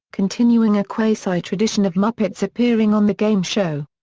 continuing a quasi-tradition of muppets appearing on the game show.